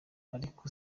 ariko